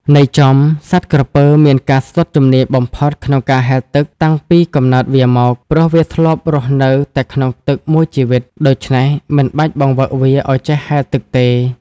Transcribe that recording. ន័យចំ សត្វក្រពើ មានការស្ទាត់ជំនាញបំផុតក្នុងការហែលទឹកតាំងពីកំណើតវាមក ព្រោះវាធ្លាប់រស់នៅតែក្នុងទឹកមួយជីវិត ដូច្នេះមិនបាច់បង្វឹកវាឲ្យចេះហែលទឹកទេ ។